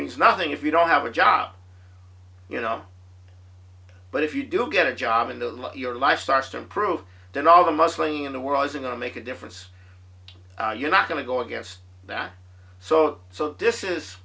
means nothing if you don't have a job you know but if you do get a job and the love of your life starts to improve then all the mostly in the world isn't going to make a difference you're not going to go against that so so this is